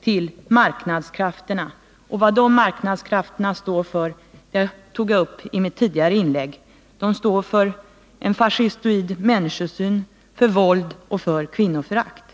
till marknadskrafterna, och vad dessa marknadskrafter står för tog jag upp i mitt tidigare inlägg. De står för en fascistoid människosyn, våld och kvinnoförakt.